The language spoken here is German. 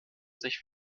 sich